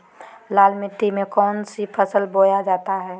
लाल मिट्टी में कौन सी फसल बोया जाता हैं?